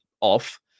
off